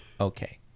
okay